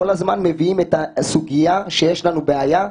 כל הזמן מביאים את הסוגיה שיש לנו בעיה,